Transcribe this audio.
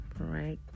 right